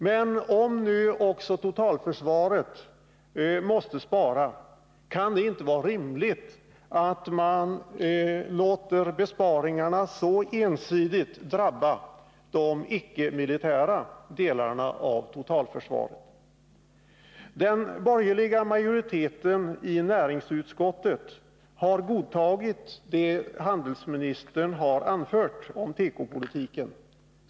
Men om nu också totalförsvaret måste spara, så kan det inte vara rimligt att man låter besparingarna ensidigt drabba de icke-militära delarna av totalförsvaret. Den borgerliga majoriteten i näringsutskottet har godtagit vad handelsministern har anfört om tekopolitiken.